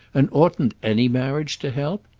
and oughtn't any marriage to help?